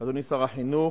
אדוני שר החינוך,